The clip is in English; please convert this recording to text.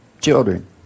children